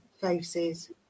faces